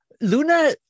Luna